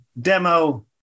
demo